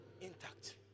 Intact